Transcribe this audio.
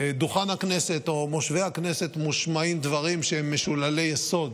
דוכן הכנסת או מושבי הכנסת מושמעים דברים שהם משוללי יסוד,